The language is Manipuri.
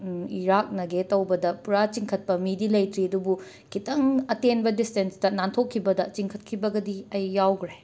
ꯏꯔꯥꯛꯅꯒꯦ ꯇꯧꯕꯗ ꯄꯨꯔꯥ ꯆꯤꯡꯈꯠꯄ ꯃꯤꯗꯤ ꯂꯩꯇ꯭ꯔꯤ ꯑꯗꯨꯕꯨ ꯈꯤꯇꯪ ꯑꯇꯦꯟꯕ ꯗꯤꯁꯇꯦꯟꯁꯇ ꯅꯥꯟꯊꯣꯛꯈꯤꯕꯗ ꯆꯤꯡꯈꯠꯈꯤꯕꯒꯗꯤ ꯑꯩ ꯌꯥꯎꯈ꯭ꯔꯦ